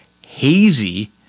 hazy